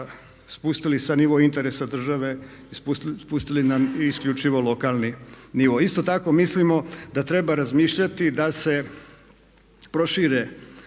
spustili sa nivo interesa države i spustili isključivo na lokalni nivo. Isto tako mislimo da treba razmišljati da se prošire